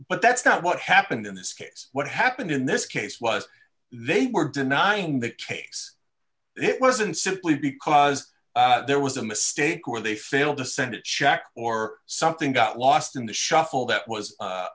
but that's not what happened in this case what happened in this case was they were denying the case it wasn't simply because there was a mistake or they failed to send it shack or something got lost in the shuffle that was